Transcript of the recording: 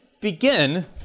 begin